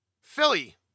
Philly